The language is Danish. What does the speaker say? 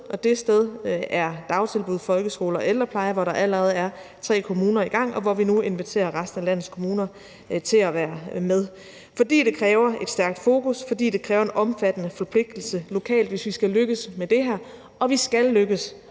og det sted er dagtilbud, folkeskole og ældrepleje, hvor der allerede er syv kommuner i gang, og hvor vi nu inviterer resten af landets kommuner til at være med, fordi det kræver et stærkt fokus, og fordi det kræver en omfattende forpligtelse lokalt, hvis vi skal lykkes med det her, og vi skal lykkes